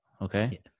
Okay